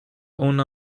ona